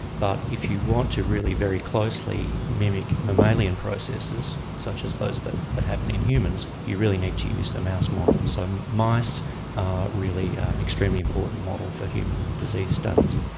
but if you want to really very closely mimic mammalian processes, such as those that that happen in humans, you really need to use the mouse model. so mice are really an extremely important model for human disease studies.